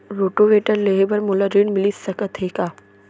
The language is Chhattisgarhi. रोटोवेटर लेहे बर मोला ऋण मिलिस सकत हे का?